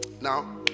Now